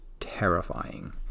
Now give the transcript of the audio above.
terrifying